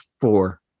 four